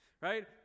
right